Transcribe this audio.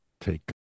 take